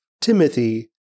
Timothy